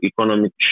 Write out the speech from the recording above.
economic